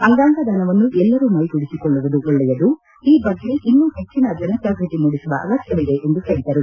ಅಂಗಾಂಗ ದಾನವನ್ನು ಎಲ್ಲರೂ ಮೈಗೂಡಿಸೊಳ್ಳುವುದು ಒಳ್ಳೆಯದು ಈ ಬಗ್ಗೆ ಇನ್ನೂ ಹೆಚ್ಚನ ಜನ ಜಾಗೃತಿ ಮೂಡಿಸುವ ಅಗತ್ಯ ಇದೆ ಎಂದು ಹೇಳಿದರು